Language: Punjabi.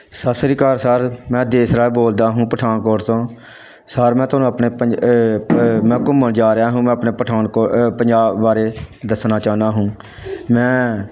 ਸਤਿ ਸ਼੍ਰੀ ਅਕਾਲ ਸਰ ਮੈਂ ਦੇਸ ਰਾਜ ਬੋਲਦਾ ਹੂੰ ਪਠਾਨਕੋਟ ਤੋਂ ਸਰ ਮੈਂ ਤੁਹਾਨੂੰ ਆਪਣੇ ਪੰਜਾ ਮੈਂ ਘੁੰਮਣ ਜਾ ਰਿਹਾ ਹੂੰ ਮੈਂ ਆਪਣੇ ਪਠਾਨਕੋ ਪੰਜਾਬ ਬਾਰੇ ਦੱਸਣਾ ਚਾਹੁੰਦਾ ਹੂੰ ਮੈਂ